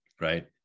right